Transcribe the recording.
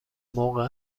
موقع